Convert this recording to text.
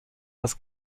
das